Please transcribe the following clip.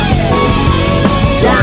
Down